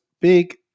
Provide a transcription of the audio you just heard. big